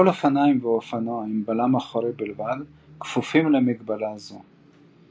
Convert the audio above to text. כל אופניים ואופנוע עם בלם אחורי בלבד כפופים למגבלה זו.